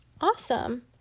awesome